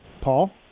Paul